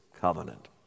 covenant